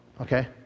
Okay